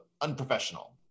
unprofessional